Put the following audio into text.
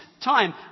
time